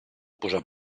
posar